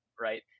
right